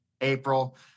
April